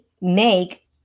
make